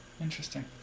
interesting